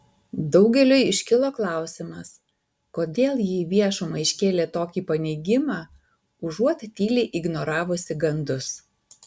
daugeliui iškilo klausimas kodėl ji į viešumą iškėlė tokį paneigimą užuot tyliai ignoravusi gandus